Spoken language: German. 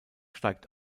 steigt